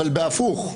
אבל בהפוך,